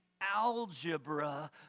algebra